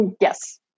Yes